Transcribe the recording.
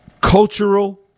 cultural